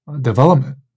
development